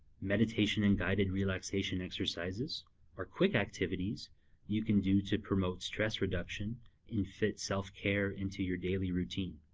meditation and guided relaxation exercises are quick activities you can do to promote stress reduction and fit self-care into your daily routine.